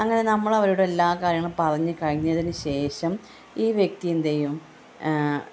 അങ്ങനെ നമ്മൾ അവരോട് എല്ലാ കാര്യങ്ങളും പറഞ്ഞ് കഴിഞ്ഞതിന് ശേഷം ഈ വ്യക്തി എന്ത് ചെയ്യും